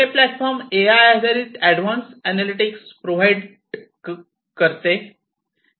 हे platform AI आधारित advance analytics provide प्रदान करते